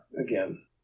again